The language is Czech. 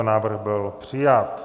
Návrh byl přijat.